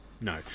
no